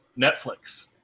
Netflix